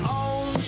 own